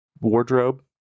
wardrobe